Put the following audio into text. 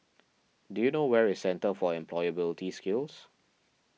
do you know where is Centre for Employability Skills